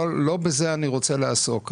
לא בזה אני רוצה לעסוק.